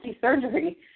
surgery